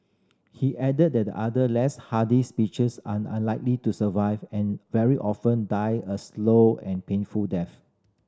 he added that other less hardy species are unlikely to survive and very often die a slow and painful death